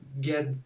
get